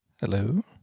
Hello